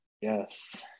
Yes